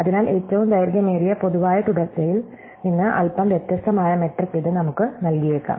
അതിനാൽ ഏറ്റവും ദൈർഘ്യമേറിയ പൊതുവായ തുടർച്ചയിൽ നിന്ന് അല്പം വ്യത്യസ്തമായ മെട്രിക് ഇത് നമുക്ക് നൽകിയേക്കാം